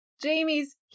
Jamie's